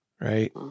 right